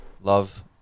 love